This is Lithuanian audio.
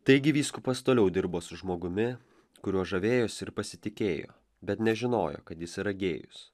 taigi vyskupas toliau dirbo su žmogumi kuriuo žavėjosi ir pasitikėjo bet nežinojo kad jis yra gėjus